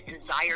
desire